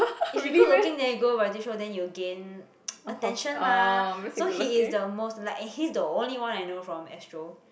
if you good looking then you go variety show then you gain attention mah so he is the most like and he's the only one I know from Astro